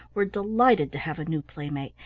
were delighted to have a new playmate,